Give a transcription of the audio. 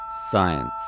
Science